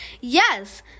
Yes